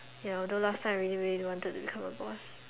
ya although last time I really really wanted to become a boss